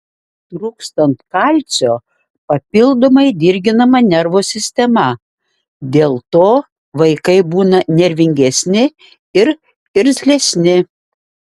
trūkstant kalcio papildomai dirginama nervų sistema dėl to vaikai būna nervingesni ir irzlesni